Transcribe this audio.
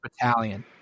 battalion